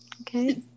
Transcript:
okay